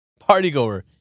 Partygoer